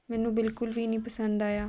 ਮੈਨੂੰ ਬਿਲਕੁਲ ਵੀ ਨਹੀਂ ਪਸੰਦ ਆਇਆ